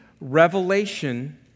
revelation